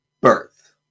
birth